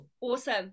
Awesome